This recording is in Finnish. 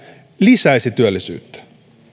lisäisi työllisyyttä